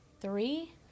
Three